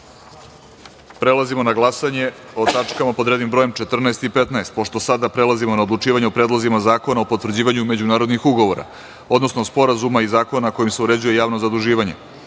razvoju. Prelazimo na glasanje o tačkama pod rednim brojem 14. i 15. dnevnog reda. Pošto sada prelazimo na odlučivanje o predlozima zakona o potvrđivanju međunarodnih ugovora, odnosno sporazuma i zakona kojima se uređuje javno zaduživanje,